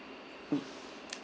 mm